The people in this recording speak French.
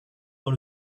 dans